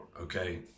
okay